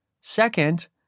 Second